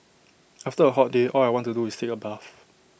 after A hot day all I want to do is take A bath